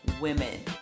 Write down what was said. women